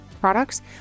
products